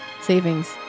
savings